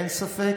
אין ספק,